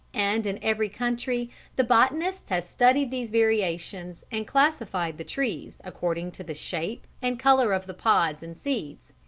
and in every country the botanist has studied these variations and classified the trees according to the shape and colour of the pods and seeds.